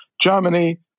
Germany